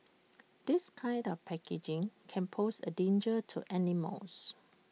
this kind of packaging can pose A danger to animals